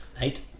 Eight